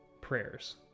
prayers